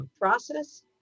process